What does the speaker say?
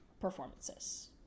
performances